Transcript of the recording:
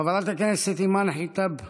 חברת הכנסת אימאן ח'יטב יאסין.